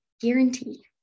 guarantee